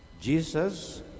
Jesus